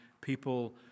people